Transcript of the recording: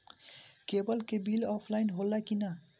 Cable के bill offline होला कि ना?